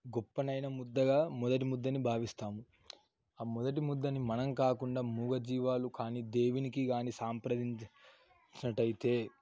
గొప్పనైన ముద్దగా మొదటి ముద్దని భావిస్తాం ఆ మొదటి ముద్దని మనం కాకుండా మూగజీవాలు కానీ దేవునికి గానీ సాంప్రదించినట్టయితే